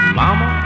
mama